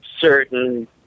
certain